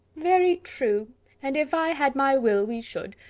very true and if i had my will, we should.